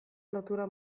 lotura